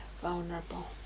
vulnerable